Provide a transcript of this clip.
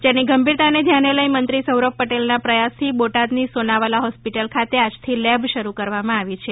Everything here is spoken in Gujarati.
જેની ગંભીરતા ને ધ્યાને લઇ મંત્રી સૌરભ પટેલના પ્રયાસથી બોટાદની સોનાવાલા હોસ્પિટલ ખાતે આજથી લેબ શરૂ કરવામાં આવી છે